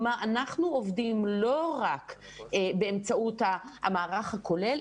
אנחנו עובדים לא רק באמצעות המערך הכולל,